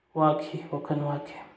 ꯋꯥꯈꯤ ꯋꯥꯈꯜ ꯋꯥꯈꯤ